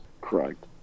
correct